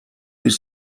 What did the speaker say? ирж